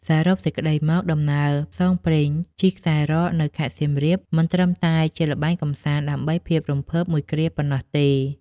សរុបសេចក្ដីមក ដំណើរផ្សងព្រេងជិះខ្សែរ៉កនៅខេត្តសៀមរាប មិនត្រឹមតែជាល្បែងកម្សាន្តដើម្បីភាពរំភើបមួយគ្រាប៉ុណ្ណោះទេ។